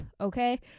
okay